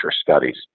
studies